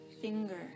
finger